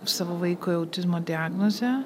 savo vaikui autizmo diagnozę